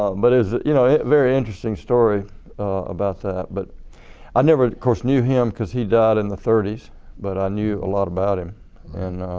um but is you know a very interesting story about that. but i never of course knew him because he died in the thirties but i knew a lot about him and